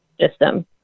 system